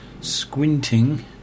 squinting